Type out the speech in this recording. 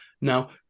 Now